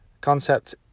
concept